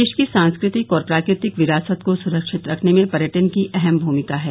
देश की सांस्कृतिक और प्राकृतिक विरासत को सुरक्षित रखने में पर्यटन की अहम भूमिका है